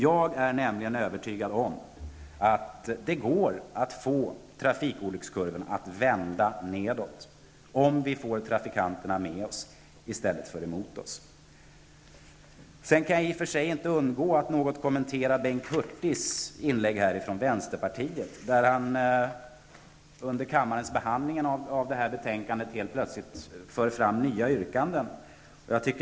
Jag är nämligen övertygad om att det går att få trafikolyckskurvan att vända neråt. Det handlar bara om att få trafikanterna med oss i stället för att de är emot oss. Jag kan inte undgå att något kommentera vad vänsterpartiets Bengt Hurtig säger i sitt inlägg. Vid kammarens behandling av det aktuella betänkandet för han helt plötsligt fram nya yrkanden.